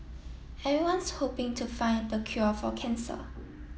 everyone's hoping to find the cure for cancer